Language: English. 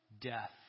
death